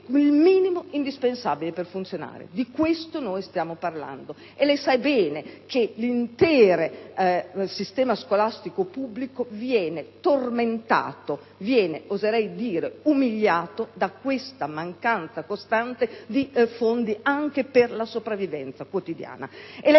il minimo indispensabile per funzionare. Di questo stiamo parlando e lei sa bene che l'intero sistema scolastico pubblico viene tormentato, oserei dire umiliato, da questa mancanza costante di fondi anche per la sopravvivenza quotidiana.